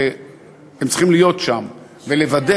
שהם צריכים להיות שם ולוודא,